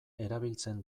erabiltzen